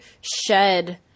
shed